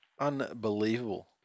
Unbelievable